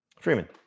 Freeman